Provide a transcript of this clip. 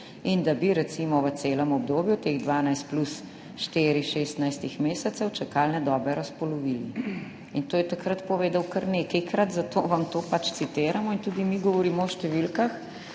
in da bi recimo v celem obdobju teh 12 plus štiri, 16 mesecev čakalne dobe razpolovili.« To je takrat povedal kar nekajkrat, zato vam to pač citiramo. In tudi mi govorimo o številkah.